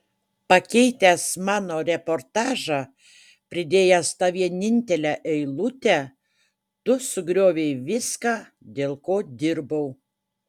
pakeitęs mano reportažą pridėjęs tą vienintelę eilutę tu sugriovei viską dėl ko dirbau